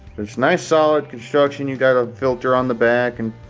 there's nice solid construction. you've got a filter on the back and,